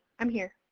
i'm here.